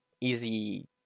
Easy